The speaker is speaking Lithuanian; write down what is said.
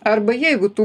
arba jeigu tu